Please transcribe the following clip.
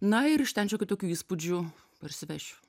na ir iš ten šiokių tokių įspūdžių parsivešiu